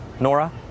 Nora